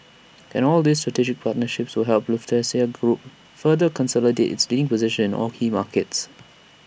and all these strategic partnerships will help Lufthansa group further consolidate its leading position all key markets